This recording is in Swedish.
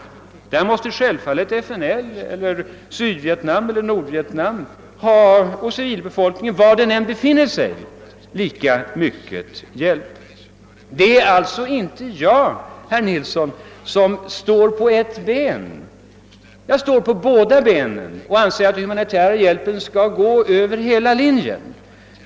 Nej, FNL eller Sydvietnam eller Nordvietnam — civilbefolkningen, var den än befinner sig — måste självfallet ha lika mycket hjälp. Det är alltså inte jag, herr utrikesminister, som står på ett ben. Jag står på båda benen och anser att de humanitära insatserna skall göras över hela linjen.